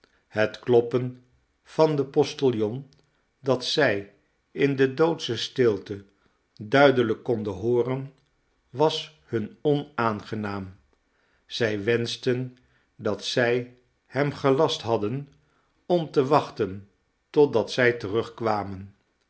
het kloppen van den postiljon dat zij in de doodsche stilte duidelijk konden hooren was hun onaangenaam zij wenschten dat zij hem gelast hadden om te wachten totdat zij terugkwamen